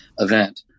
Event